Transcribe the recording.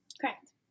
Correct